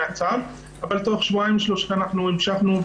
אבל תוך שבועיים שלושה אנחנו המשכנו,